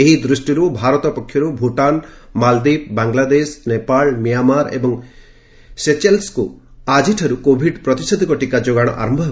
ଏହି ଦୃଷ୍ଟିରୁ ଭାରତ ପକ୍ଷରୁ ଭୁଟାନ ମାଲଦୀପ୍ ବାଂଲାଦେଶ ନେପାଳ ମିଆଁମାର ଏବଂ ସେଚେଲେସ୍କୁ ଆକିଠାରୁ କୋଭିଡ୍ ପ୍ରତିଷେଧକ ଟିକା ଯୋଗାଣ ଆରମ୍ଭ ହେବ